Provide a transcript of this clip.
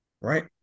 right